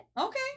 Okay